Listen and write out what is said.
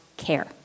care